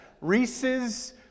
Reese's